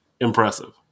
impressive